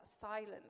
silence